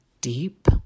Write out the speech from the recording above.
deep